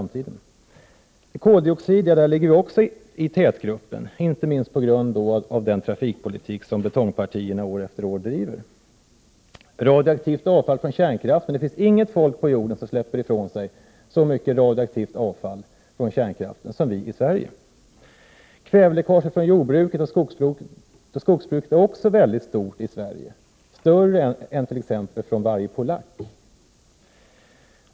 Beträffande koldioxid ligger vi också i tätgruppen, inte minst på grund av den trafikpolitik som betongpartierna år efter år bedriver. Det finns inget folk på jorden som släpper ifrån sig så mycket radioaktivt avfall från kärnkraften som vi i Sverige. Kväveläckaget från jordbruket och skogsbruket är också väldigt stort i Sverige, större än i t.ex. Polen.